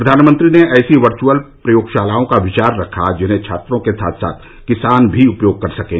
प्रधानमंत्री ने ऐसी वर्चुअल प्रयोगशालाओं का विचार रखा जिन्हें छात्रों के साथ साथ किसान भी उपयोग कर सकें